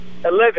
Eleven